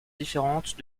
différentes